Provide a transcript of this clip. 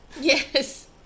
Yes